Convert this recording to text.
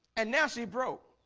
and now she broke